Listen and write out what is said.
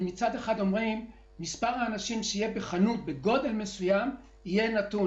מצד אחד אומרים שמספר האנשים שיהיה בחנות בגודל מסוים יהיה נתון,